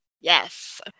Yes